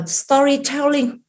storytelling